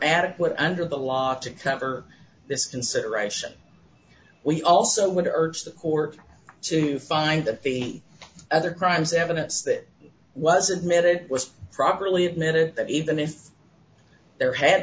adequate under the law to cover this consideration we also would urge the court to find that the other crimes evidence that was admitted was properly admitted that even if there had